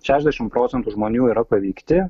šešdešimt procentų žmonių yra paveikti